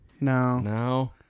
No